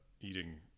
eating